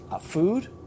Food